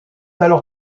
alors